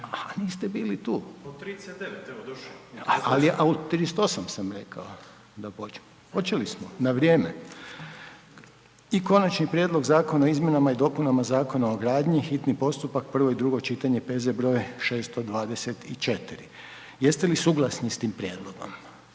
iz sabornice: u 39, evo došo/…ali u 38 sam rekao da počinje, počeli smo na vrijeme i - Konačni prijedlog Zakona o izmjenama i dopunama Zakona o gradnji, hitni postupak, prvo i drugo čitanje, P.Z. br. 624. Jeste li suglasni s tim prijedlogom?